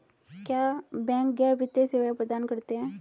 क्या बैंक गैर वित्तीय सेवाएं प्रदान करते हैं?